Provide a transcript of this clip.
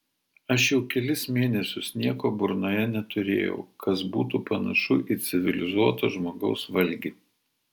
aš jau kelis mėnesius nieko burnoje neturėjau kas būtų panašu į civilizuoto žmogaus valgį